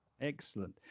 Excellent